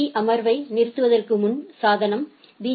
பீ அமர்வை நிறுவுவதற்கு முன் சாதனம் பி